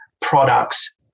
products